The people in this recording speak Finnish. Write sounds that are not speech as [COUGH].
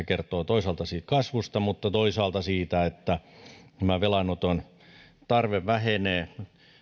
[UNINTELLIGIBLE] kertoo toisaalta siitä kasvusta mutta toisaalta siitä että velanoton tarve vähenee